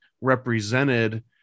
represented